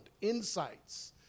insights